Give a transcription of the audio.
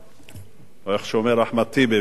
איך שאומר אחמד טיבי, עספיא.